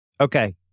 Okay